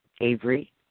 Avery